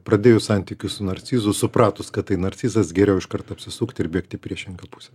pradėjus santykius su narcizu supratus kad tai narcizas geriau iškart apsisukti ir bėgti į priešingą pusę